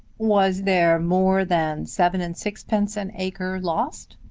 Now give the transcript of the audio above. was there more than seven-and-sixpence an acre lost?